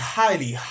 highly